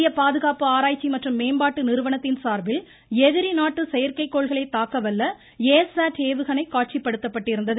மத்திய பாதுகாப்பு ஆராய்ச்சி மற்றும் மேம்பாட்டு நிறுவனத்தின் சார்பில் எதிரி நாட்டு செயற்கைக் கோள்களை தாக்க வல்ல ஏ சாட் ஏவுகணை காட்சிப்படுத்தப்பட்டிருந்தது